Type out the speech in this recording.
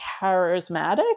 charismatic